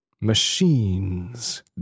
machine's